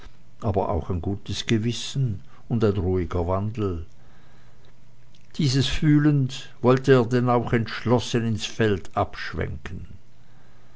aber auch ein gutes gewissen und ein ruhiger wandel dieses fühlend wollte er denn auch entschlossen ins feld abschwenken